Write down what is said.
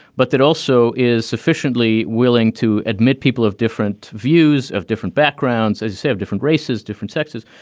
but that also is sufficiently willing to admit people of different views, of different backgrounds, as have different races, different sexes.